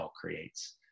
creates